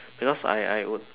because I I would